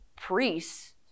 priests